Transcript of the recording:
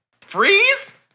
Freeze